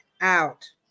out